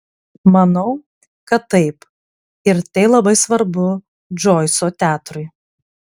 manau kad taip ir tai labai svarbu džoiso teatrui